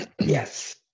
Yes